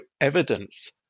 evidence